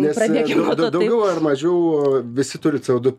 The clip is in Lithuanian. nes daugiau ar mažiau visi turi co du